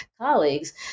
colleagues